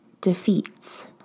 defeats